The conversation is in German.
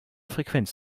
frequenz